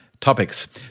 Topics